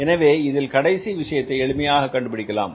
எனவே இதில் கடைசி விஷயத்தை எளிமையாக கண்டுபிடிக்கலாம்